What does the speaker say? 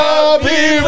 Happy